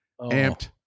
amped